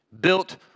built